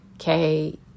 Okay